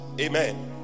amen